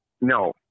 No